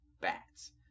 bats